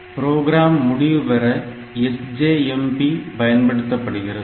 program முடிவு பெற sjmp பயன்படுத்தப்படுகிறது